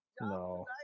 No